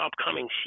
upcoming